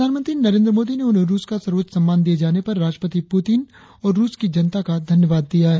प्रधानमंत्री नरेंद्र मोदी ने उन्हें रुस का सर्वोच्च सम्मान दिए जाने पर राष्ट्रपति प्रतिन और रुस की जनता का धन्यवाद किया है